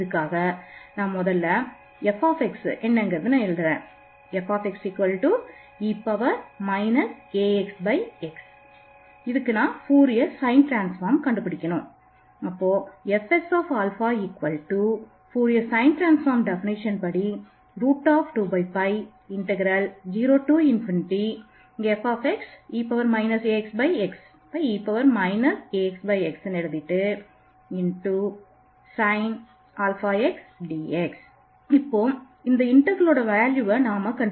இங்கே நாம் fxe axx என்பதற்கு ஃபோரியர் டிரான்ஸ்ஃபார்ம் கண்டுபிடிக்க வேண்டும்